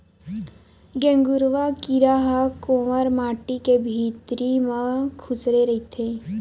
गेंगरूआ कीरा ह कोंवर माटी के भितरी म खूसरे रहिथे